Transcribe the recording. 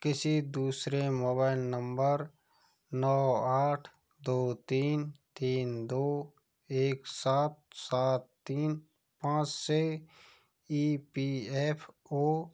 किसी दूसरे mobile number नौ आठ दो तीन तीन दो एक सात सात तीन पाँच से ई पी एफ ओ